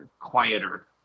quieter